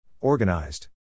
Organized